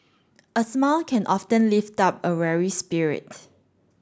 a smile can often lift up a weary spirit